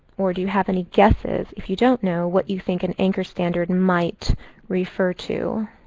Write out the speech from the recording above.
or do you have any guesses, if you don't know what you think an anchor standard and might refer to.